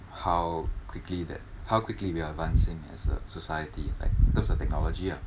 how quickly that how quickly we are advancing as a society like in terms of technology lah